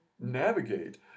navigate